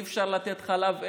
אי-אפשר לתת חלב אם,